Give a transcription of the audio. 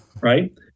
right